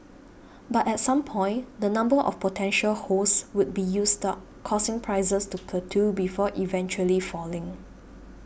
but at some point the number of potential hosts would be used up causing prices to plateau before eventually falling